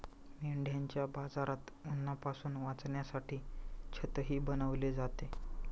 मेंढ्यांच्या बाजारात उन्हापासून वाचण्यासाठी छतही बनवले जाते